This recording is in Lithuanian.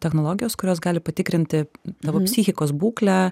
technologijos kurios gali patikrinti tavo psichikos būklę